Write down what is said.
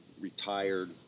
Retired